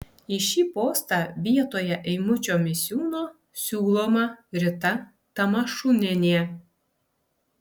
į šį postą vietoje eimučio misiūno siūloma rita tamašunienė